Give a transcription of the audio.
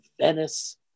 venice